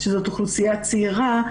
שזאת אוכלוסייה צעירה,